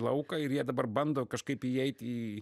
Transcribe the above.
lauką ir jie dabar bando kažkaip įeit į